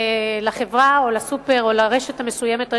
לחברה או לסופר או לרשת המזון המסוימת.